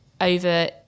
over